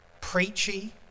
preachy